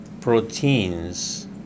proteins